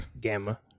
gamma